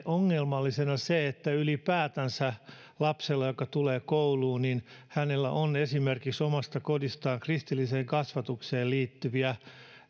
ongelmallisena se että ylipäätänsä lapsella joka tulee kouluun on esimerkiksi omasta kodistaan kristilliseen kasvatukseen liittyviä